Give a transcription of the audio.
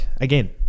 again